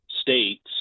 states